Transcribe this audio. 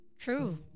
true